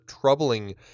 troubling